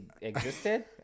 existed